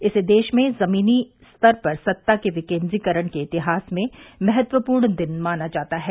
इसे देश में जमीनी स्तर पर सत्ता के विकेन्द्रीकरण के इतिहास में महत्वपूर्ण दिन माना जाता है